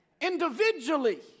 Individually